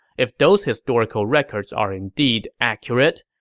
if those historical records are indeed accurate,